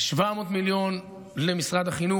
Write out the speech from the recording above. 700 מיליון למשרד החינוך,